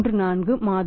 34 மாதங்கள்